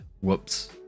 Whoops